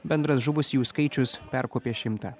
bendras žuvusiųjų skaičius perkopė šimtą